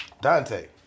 Dante